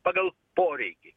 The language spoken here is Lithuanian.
pagal poreikį